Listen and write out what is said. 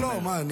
למה לא?